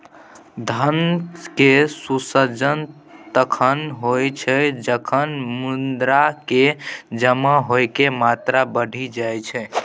धन के सृजन तखण होइ छै, जखन मुद्रा के जमा होइके मात्रा बढ़ि जाई छै